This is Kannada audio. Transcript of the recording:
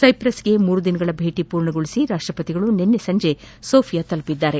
ಸೈಪ್ರಸ್ಗೆ ಮೂರು ದಿನಗಳ ಭೇಟಿ ಪೂರ್ಣಗೊಳಿಸಿ ರಾಷ್ಷಪತಿಗಳು ನಿನ್ನೆ ಸಂಜೆ ಸೋಫಿಯಾ ತಲುಪಿದ್ದಾರೆ